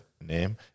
name